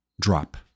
Drop